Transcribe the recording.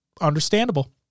Understandable